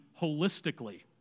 holistically